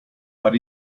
what